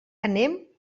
anem